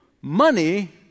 money